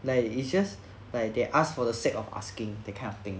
like it's just like they asked for the sake of asking that kind of thing